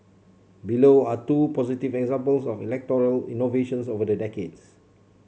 below are two positive examples of electoral innovations over the decades